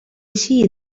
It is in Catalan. així